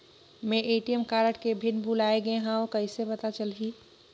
मैं ATM card के pin भुलाए गे हववं कइसे पता चलही?